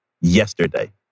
yesterday